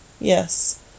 yes